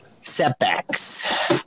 setbacks